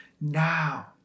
now